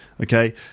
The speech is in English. okay